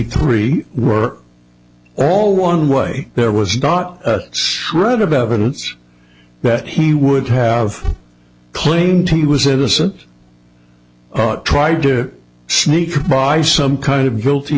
three were all one way there was not a shred of evidence that he would have claimed he was innocent tried to sneak by some kind of guilty